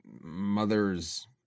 mother's